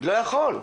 לא יכול.